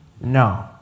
No